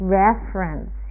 reference